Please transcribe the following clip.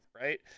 right